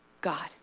God